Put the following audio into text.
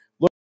Look